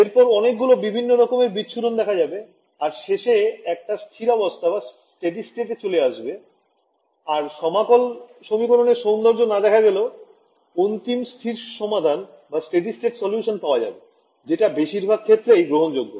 এরপর অনেক গুল বিভিন্ন রকমের বিচ্ছুরণ দেখা যাবে আর শেষে একটা স্থিরাবস্থায় চলে আসবে আর সমাকল সমীকরণের সৌন্দর্য না দেখা গেলেও অন্তিম স্থির সমাধান পাওয়া যাবে যেটা বেশির ভাগ ক্ষেত্রেই গ্রহণযোগ্য